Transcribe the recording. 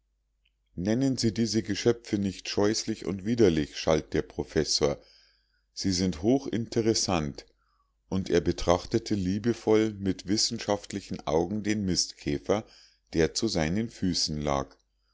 nennen sie diese geschöpfe nicht scheußlich und widerlich schalt der professor sie sind hochinteressant und er betrachtete liebevoll mit wissenschaftlichen augen den mistkäfer der zu seinen füßen lag